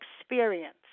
experience